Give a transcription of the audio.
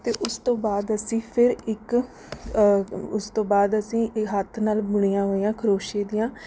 ਅਤੇ ਉਸ ਤੋਂ ਬਾਅਦ ਅਸੀਂ ਫਿਰ ਇੱਕ ਉਸ ਤੋਂ ਬਾਅਦ ਅਸੀਂ ਹੱਥ ਨਾਲ ਬੁਣੀਆਂ ਹੋਈਆਂ ਖਰੋਸ਼ੀਏ ਦੀਆਂ